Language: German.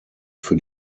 für